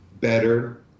better